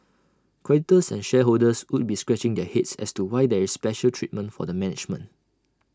creditors and shareholders would be scratching their heads as to why there is special treatment for the management